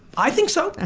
i think so. ah